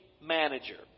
manager